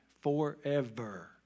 Forever